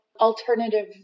alternative